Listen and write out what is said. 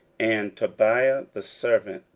and tobiah the servant,